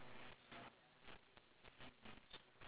ya ya ya okay that one I can understand